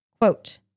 Quote